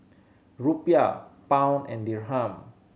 Rupiah Pound and Dirham